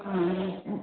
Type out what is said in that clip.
हँ